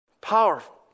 Powerful